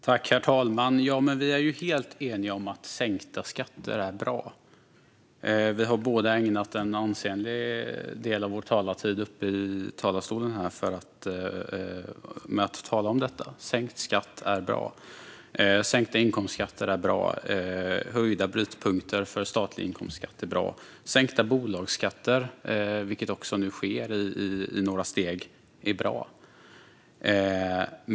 Herr talman! Vi är helt eniga om att sänkta skatter är bra. Vi har båda ägnat en ansenlig del av vår talartid uppe i talarstolen åt att tala om detta: Sänkt skatt är bra. Sänkta inkomstskatter är bra. Höjda brytpunkter för statlig inkomstskatt är bra. Att sänka bolagsskatterna, vilket man nu gör i några steg, är bra.